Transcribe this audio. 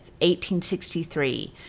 1863